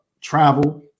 travel